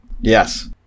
Yes